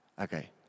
Okay